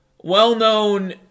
Well-known